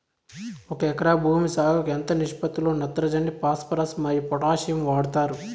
ఒక ఎకరా భూమి సాగుకు ఎంత నిష్పత్తి లో నత్రజని ఫాస్పరస్ మరియు పొటాషియం వాడుతారు